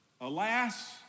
Alas